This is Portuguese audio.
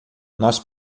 nós